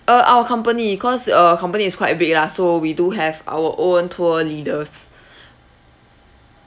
uh our company cause uh our company is quite big lah so we do have our own tour leaders